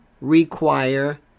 require